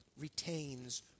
retains